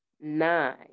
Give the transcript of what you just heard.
nine